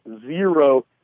zero